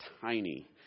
tiny